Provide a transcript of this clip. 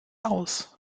aus